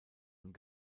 und